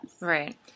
Right